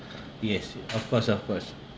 yes of course of course